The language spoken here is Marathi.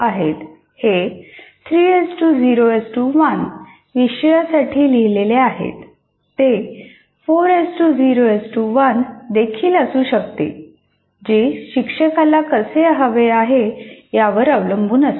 हे 301 विषयासाठी लिहिलेले आहे ते 401 देखील असू शकते जे शिक्षकाला कसे हवे आहे यावर अवलंबून असते